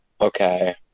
Okay